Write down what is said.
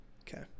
Okay